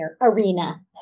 arena